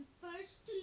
first